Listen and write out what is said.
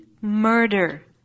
murder